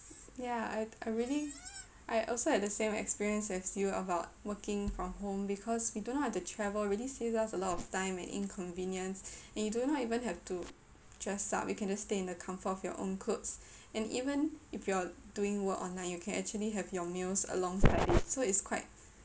ya I I really I also had the same experience as you about working from home because we do not have to travel really saves us a lot of time and inconvenience and you do not even have to dress up you can just stay in the comfort of your own clothes and even if you are doing work online you can actually have your meals alongside it so it's quite